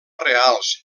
reals